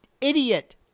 idiot